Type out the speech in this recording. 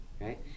right